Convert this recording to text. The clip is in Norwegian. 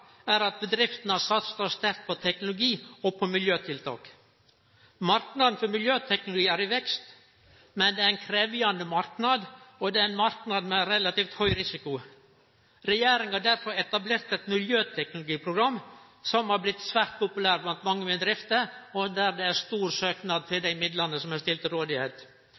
er at bedriftene har satsa sterkt på teknologi og på miljøtiltak. Marknaden for miljøteknologi er i vekst, men det er ein krevjande marknad, og den marknaden tek relativt høg risiko. Regjeringa har derfor etablert eit miljøteknologiprogram som har blitt svært populært blant mange bedrifter, og der det er stor søknad til dei midlane som er stilte